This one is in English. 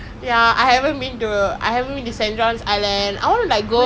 I've been to I've been there cycling it's was like !wow! not bad